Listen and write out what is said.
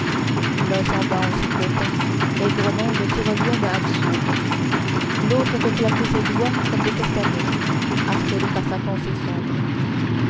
l'un s'en va en sifflotant aigrement une tyrolienne absurde l'autre fait claquer ses doigts comme des castagnettes harcelé par sa pensée sombre